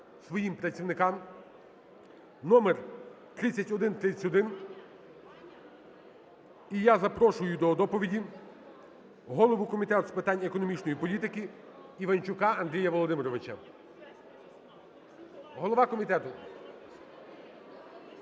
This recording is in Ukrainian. своїм працівникам (№ 3131). І я запрошую до доповіді голову Комітету з питань економічної політики Іванчука Андрія Володимировича. Голова комітету!